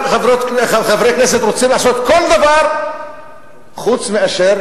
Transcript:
חברי כנסת רוצים לעשות כל דבר חוץ מאשר